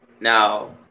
Now